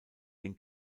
den